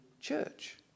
Church